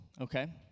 okay